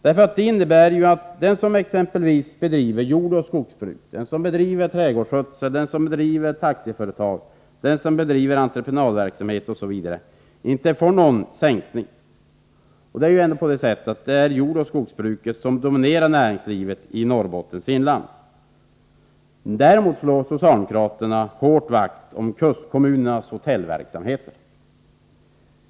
Det innebär att alla de som exempelvis bedriver jordoch skogsbruk, trädgårdsskötsel, taxiverksamhet, entreprenadverksamhet, osv. inte får någon sänkning. Det är ju ändå jordoch skogsbruket som dominerar näringslivet i Norrbottens inland. Däremot slår socialdemokraterna hårt vakt om kustkommunernas hotellverksamheter.